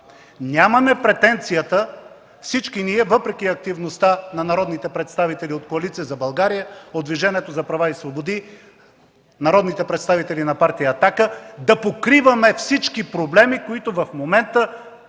Нямаме претенцията всички ние, въпреки активността на народните представители от Коалиция за България, от Движението за права и свободи, народните представители на Партия „Атака”, да покриваме всички проблеми, които в момента